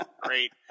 great